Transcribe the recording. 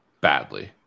badly